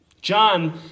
John